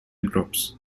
groups